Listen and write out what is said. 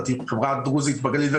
לחברה הדרוזית בגליל.